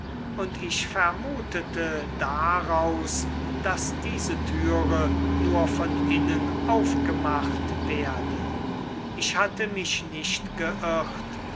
und ich vermutete daraus daß diese türe nur von innen aufgemacht werde ich hatte mich nicht